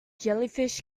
jellyfish